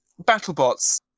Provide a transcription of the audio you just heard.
BattleBots